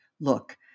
look